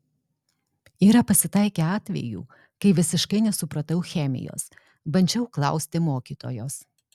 yra pasitaikę atvejų kai visiškai nesupratau chemijos bandžiau klausti mokytojos